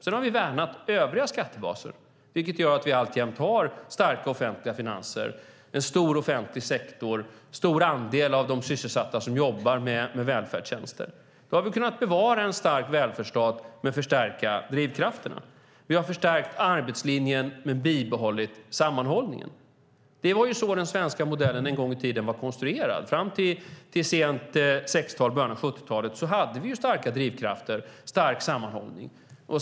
Vi har värnat övriga skattebaser, vilket gör att vi alltjämt har starka offentliga finanser, en stor offentlig sektor och en stor andel av de sysselsatta som jobbar med välfärdstjänster. Så har vi kunnat bevara en stark välfärdsstat men även förstärka drivkrafterna. Vi har förstärkt arbetslinjen men bibehållit sammanhållningen. Det var ju så den svenska modellen en gång i tiden var konstruerad. Fram till sent 60-tal och början av 70-talet hade vi starka drivkrafter och stark sammanhållning.